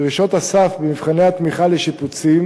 דרישות הסף במבחני התמיכה לשיפוצים